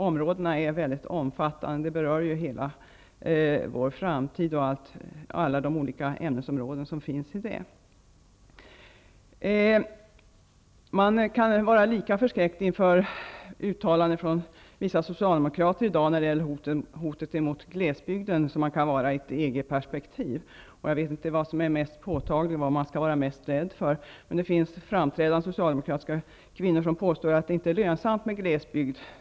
Områdena är mycket omfattande och berör hela vår framtid med alla de ämnesområden som finns där. Man kan vara lika förskräckt inför uttalanden från vissa socialdemokrater i dag när det gäller hotet mot glesbygden som man kan var i ett EG perspektiv. Jag vet inte vilket som är mest påtagligt och vilket man skall vara mest rädd för. Det finns framträdande socialdemokratiska kvinnor som påstår att det inte är lönsamt med glesbygd.